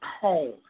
Home